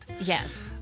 Yes